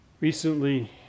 Recently